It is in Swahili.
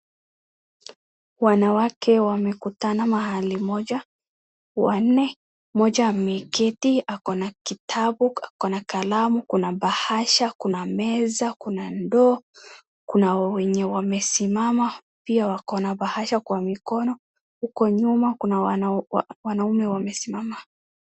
Wanawake wamekutana mahali moja, wanne, mmoja ameketi, ako na kitabu, ako na kalamu kuna bahasha, kuna meza, kuna ndoo. Kuna wenye wamesimama, pia wako na bahasha kwa mikono. Huko nyuma kuna wanao, wanaume wamesimama.